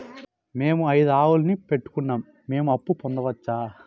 మేము ఐదు ఆవులని పెట్టుకున్నాం, మేము అప్పు పొందొచ్చా